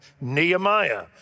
Nehemiah